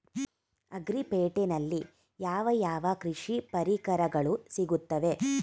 Agri ಪೇಟೆನಲ್ಲಿ ಯಾವ ಯಾವ ಕೃಷಿ ಪರಿಕರಗಳು ಸಿಗುತ್ತವೆ?